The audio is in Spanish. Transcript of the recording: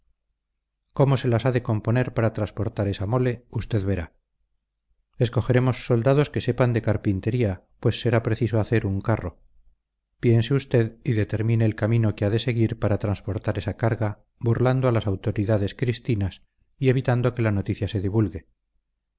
cómo se las ha de componer para transportar esa mole usted verá escogeremos soldados que sepan de carpintería pues será preciso hacer un carro piense usted y determine el camino que ha de seguir para transportar esa carga burlando a las autoridades cristinas y evitando que la noticia se divulgue